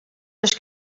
les